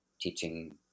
teaching